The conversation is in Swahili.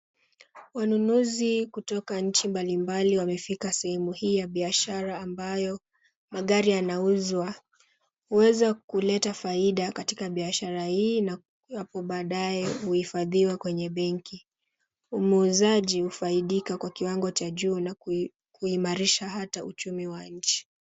Wanunuzi kutoka nchi mbali mbali wamefika sehemu hii ya biashara ambayo magari yanauzwa, huweza kuleta faida katika biashara hii na hapo baadaye kuhifadhiwa kwenye benki, muuzaji hufaidika kwa kiwango cha juu na kuimarisha hata uchumi wa nchi.